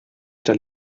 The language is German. der